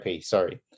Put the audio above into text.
Sorry